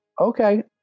Okay